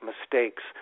mistakes